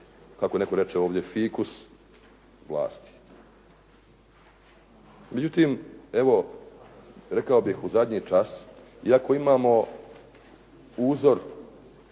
kako netko reče ovdje fikus vlasti. Međutim, evo rekao bih u zadnji čas iako imamo uzor